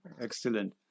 Excellent